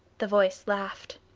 the voice laughed.